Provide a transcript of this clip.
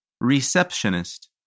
Receptionist